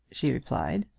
she replied.